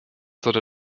sollte